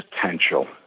potential